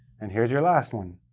and here's your last one.